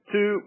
Two